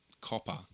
copper